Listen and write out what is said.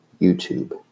YouTube